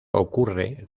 ocurre